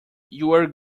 you’re